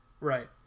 right